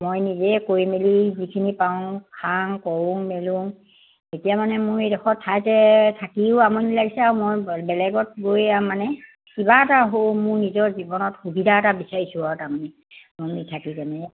মই নিজে কৰি মেলি যিখিনি পাওঁ খাং কৰোঁ মেলোঁ তেতিয়া মানে মোৰ এইডোখৰ ঠাইতে থাকিও আমনি লাগিছে আৰু মই বেলেগত গৈ আৰু মানে কিবা এটা সৰু মোৰ নিজৰ জীৱনত সুবিধা এটা বিচাৰিছোঁ আৰু তাৰ মানে থাকি যেনে